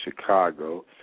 Chicago